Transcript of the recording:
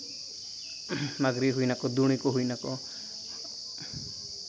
ᱢᱟᱹᱜᱽᱨᱤ ᱦᱩᱭᱮᱱᱟ ᱠᱚ ᱫᱩᱲᱤ ᱠᱚ ᱦᱩᱭᱱᱟᱠᱚ